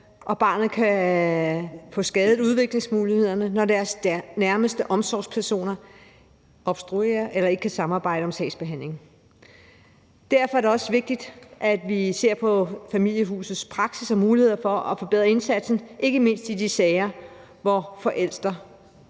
og bopæl, og at barnets udviklingsmuligheder kan blive skadet, når dets nærmeste omsorgspersoner obstruerer eller ikke kan samarbejde om sagsbehandlingen. Derfor er det også vigtigt, at vi ser på Familieretshusets praksis og muligheder for at forbedre indsatsen, ikke mindst i de sager, hvor forældrene